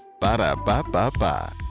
Ba-da-ba-ba-ba